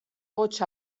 hots